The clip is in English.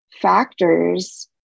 factors